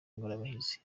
ingorabahizi